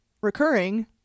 recurring